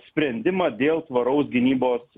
sprendimą dėl tvaraus gynybos